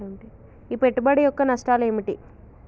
ఈ పెట్టుబడి యొక్క నష్టాలు ఏమిటి?